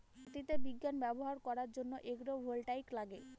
মাটিতে বিজ্ঞান ব্যবহার করার জন্য এগ্রো ভোল্টাইক লাগে